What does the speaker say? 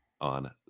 on